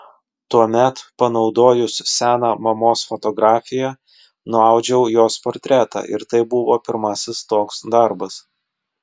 tuomet panaudojus seną mamos fotografiją nuaudžiau jos portretą ir tai buvo pirmasis toks darbas